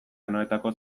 anoetako